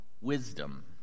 wisdom